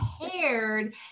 prepared